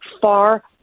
far